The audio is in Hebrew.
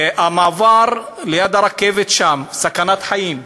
המעבר ליד הרכבת שם, סכנת חיים.